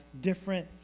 different